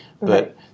right